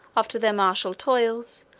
after their martial toils,